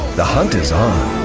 the hunt is on.